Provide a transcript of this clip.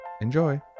enjoy